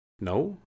No